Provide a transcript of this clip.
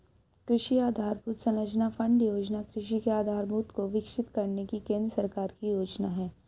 कृषि आधरभूत संरचना फण्ड योजना कृषि के आधारभूत को विकसित करने की केंद्र सरकार की योजना है